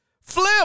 Flip